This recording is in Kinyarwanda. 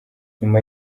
nyuma